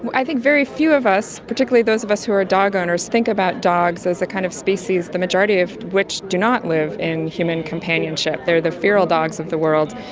i think very few of us, particularly those of us who are dog owners, think about dogs as a kind of species the majority of which do not live in human companionship, they are the feral dogs of the world,